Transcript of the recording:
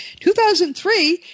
2003